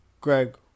Greg